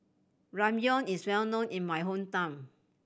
ramyeon is well known in my hometown